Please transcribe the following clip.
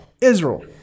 Israel